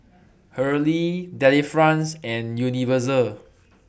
Hurley Delifrance and Universal